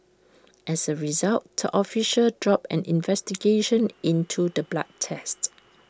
as A result the official dropped an investigation into the blood test